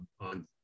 on